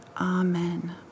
Amen